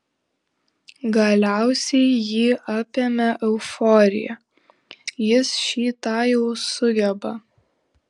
galiausiai jį apėmė euforija jis šį tą jau sugeba